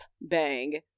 bang